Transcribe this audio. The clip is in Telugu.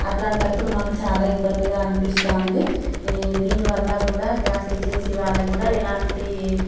అలాంటప్పుడు మాకు చాలా ఇబ్బందిగా అనిపిస్తుంది దీని వల్ల కూడా గ్యాస్ ఏజెన్సీ వాళ్ళు కూడా ఎలాంటి